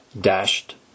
dashed